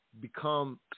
become